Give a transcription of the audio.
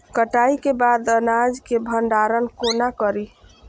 कटाई के बाद अनाज के भंडारण कोना करी?